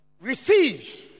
receive